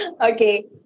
okay